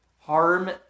harm